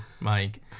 Mike